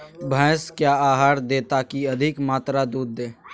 भैंस क्या आहार दे ताकि अधिक मात्रा दूध दे?